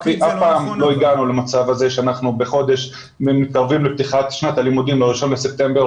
אף פעם לא הגענו למצב שאנחנו מתקרבים לפתיחת שנת הלימודים ב-1 לספטמבר